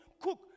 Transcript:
cook